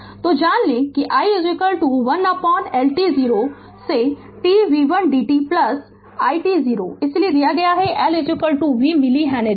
Refer Slide Time 2317 तो जान लें कि i 1L t 0 to t vt dt plus i t 0 इसलिए दिया गया है कि L 5 मिली हेनरी